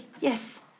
Yes